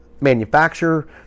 manufacturer